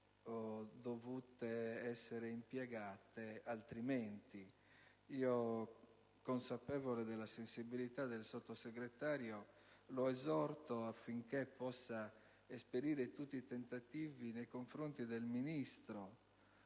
dovuto essere impiegate altrimenti. Consapevole della sensibilità del Sottosegretario, lo esorto affinché possa esperire tutti i tentativi nei confronti del Ministro